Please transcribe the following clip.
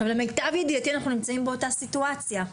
למיטב ידיעתי, אנחנו נמצאים באותה סיטואציה.